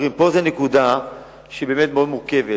חברים, פה זאת נקודה שהיא באמת מאוד מורכבת.